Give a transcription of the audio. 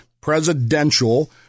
Presidential